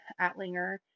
Atlinger